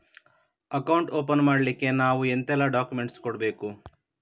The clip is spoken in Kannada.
ಅಕೌಂಟ್ ಓಪನ್ ಮಾಡ್ಲಿಕ್ಕೆ ನಾವು ಎಂತೆಲ್ಲ ಡಾಕ್ಯುಮೆಂಟ್ಸ್ ಕೊಡ್ಬೇಕು?